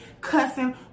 cussing